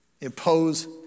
Impose